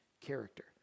character